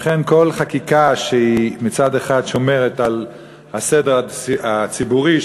לכן כל חקיקה שמצד אחד שומרת על הסדר הציבורי,